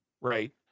right